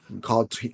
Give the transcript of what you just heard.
called